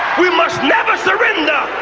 we must never surrender.